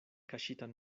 kaŝitan